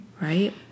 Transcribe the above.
Right